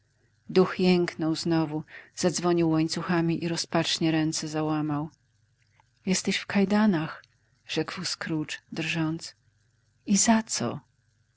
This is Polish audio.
duch jęknął znowu zadzwonił łańcuchami i rozpacznie ręce załamał jesteś w kajdanach rzekł scrooge drżąc i za